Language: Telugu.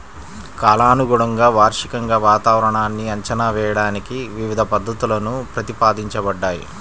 కాలానుగుణంగా, వార్షికంగా వాతావరణాన్ని అంచనా వేయడానికి వివిధ పద్ధతులు ప్రతిపాదించబడ్డాయి